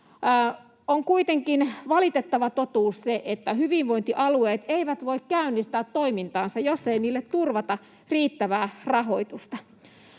On kuitenkin valitettava totuus, että hyvinvointialueet eivät voi käynnistää toimintaansa, jos niille ei turvata riittävää rahoitusta.